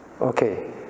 Okay